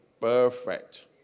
perfect